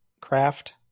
craft